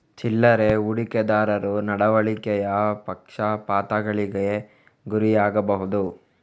ಚಿಲ್ಲರೆ ಹೂಡಿಕೆದಾರರು ನಡವಳಿಕೆಯ ಪಕ್ಷಪಾತಗಳಿಗೆ ಗುರಿಯಾಗಬಹುದು